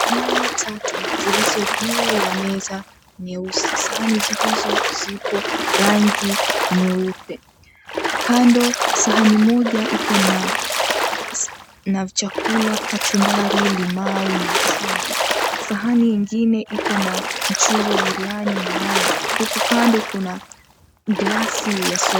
Sahani tatu zilizo juu ya meza nyeusi. Sahani hizo zipo rangi nyeupe. Kando, sahani moja ipo na chakula, kachumbari, limau na chumvi, sahani ingine ipo na mchuzi wa biriani mayai, huku kando kuna glasi ya soda.